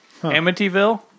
Amityville